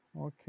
Okay